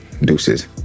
deuces